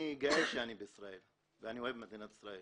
אני גאה שאני בישראל ואני אוהב את מדינת ישראל